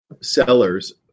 Sellers